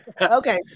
Okay